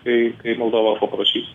kai kai moldova paprašys